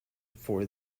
for